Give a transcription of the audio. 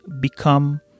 become